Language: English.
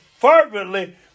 fervently